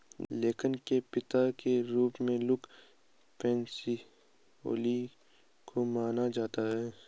लेखांकन के पिता के रूप में लुका पैसिओली को माना जाता है